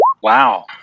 Wow